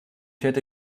hätte